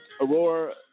Aurora